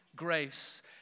Grace